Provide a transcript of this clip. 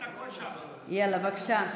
בבקשה.